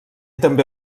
també